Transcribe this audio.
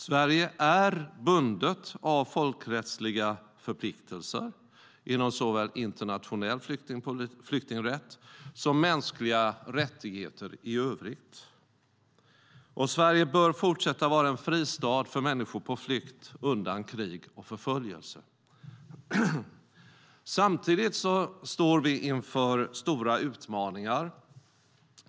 Sverige är bundet av folkrättsliga förpliktelser inom såväl internationell flyktingrätt som mänskliga rättigheter i övrigt. Och Sverige bör fortsätta att vara en fristad för människor på flykt undan krig och förföljelse. Samtidigt står vi inför stora utmaningar.